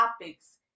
topics